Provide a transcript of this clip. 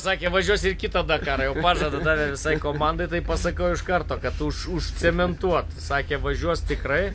sakė važiuos ir į kitą dakarą jau pažadą davė visai komandai tai pasakau iš karto kad už už cementuot sakė važiuos tikrai